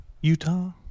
Utah